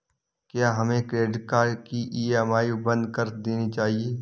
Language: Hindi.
क्या हमें क्रेडिट कार्ड की ई.एम.आई बंद कर देनी चाहिए?